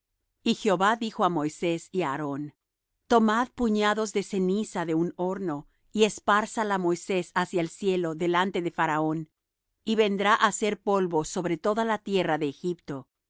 y jehová dijo á moisés y á aarón tomad puñados de ceniza de un horno y espárzala moisés hacia el cielo delante de faraón y vendrá á ser polvo sobre toda la tierra de egipto